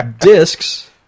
Discs